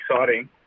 exciting